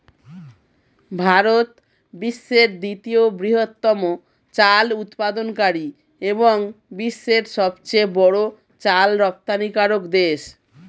ভারত বিশ্বের দ্বিতীয় বৃহত্তম চাল উৎপাদনকারী এবং বিশ্বের সবচেয়ে বড় চাল রপ্তানিকারক দেশ